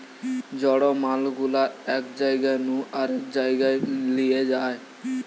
জড় মাল গুলা এক জায়গা নু আরেক জায়গায় লিয়ে যায়